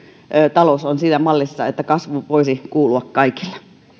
talous on siinä mallissa että kasvu voisi kuulua kaikille